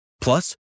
Plus